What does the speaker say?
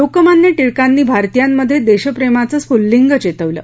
लोकमान्य टिळकांनी भारतीयांमध्ये देशप्रेमाचं स्फुल्लिंग चेतवलं